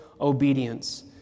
obedience